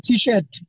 T-shirt